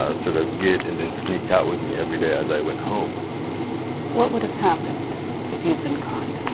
ah sort of, get and then sneak out with me every day as i went home. gillian what would've happened if you had been caught?